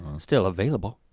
still available